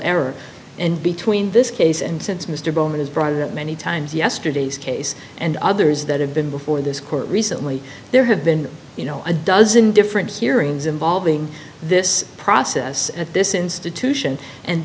error and between this case and since mr bowman is brought it many times yesterday's case and others that have been before this court recently there have been you know a dozen different hearings involving this process at this institution and